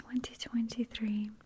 2023